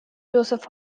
joseph